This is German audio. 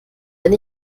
wenn